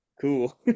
Cool